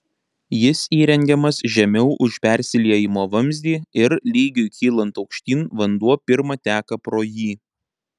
jis įrengiamas žemiau už persiliejimo vamzdį ir lygiui kylant aukštyn vanduo pirma teka pro jį